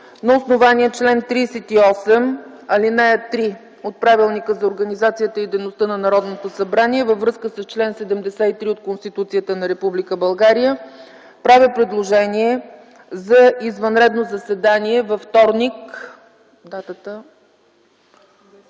На основание чл. 38, ал. 3 от Правилника за организацията и дейността на Народното събрание, във връзка с чл. 73 от Конституцията на Република България правя предложение за извънредно заседание във вторник, 27